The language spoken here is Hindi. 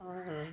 और